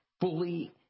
fully